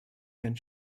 herrn